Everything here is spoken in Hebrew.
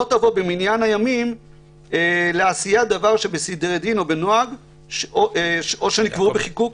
לא תבוא במניין הימים לעשיית דבר שבסדרי דין או בנוהג או שנקבעו בחיקוק